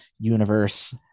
universe